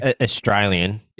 Australian